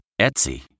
Etsy